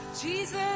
Jesus